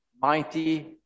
mighty